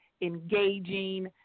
engaging